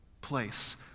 place